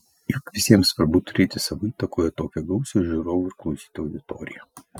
juk visiems svarbu turėti savo įtakoje tokią gausią žiūrovų ir klausytojų auditoriją